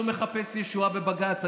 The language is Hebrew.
אני לא מחפש ישועה בבג"ץ.